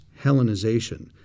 Hellenization